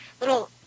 little